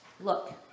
Look